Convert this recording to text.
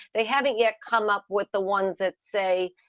they haven't yet come up with the ones that say,